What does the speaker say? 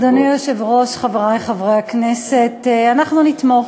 אדוני היושב-ראש, חברי חברי הכנסת, אנחנו נתמוך.